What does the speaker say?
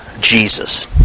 Jesus